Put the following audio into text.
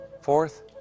Fourth